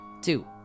two